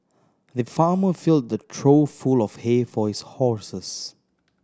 the farmer filled a trough full of hay for his horses